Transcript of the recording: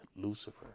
Lucifer